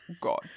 God